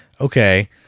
okay